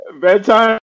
Bedtime